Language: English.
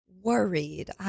worried